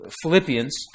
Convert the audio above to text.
Philippians